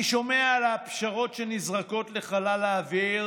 אני שומע על הפשרות שנזרקות לחלל האוויר